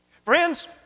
Friends